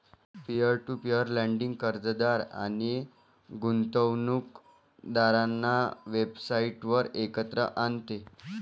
peer to peer lending कर्जदार आणि गुंतवणूकदारांना वेबसाइटवर एकत्र आणते